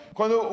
Quando